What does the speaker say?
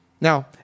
Now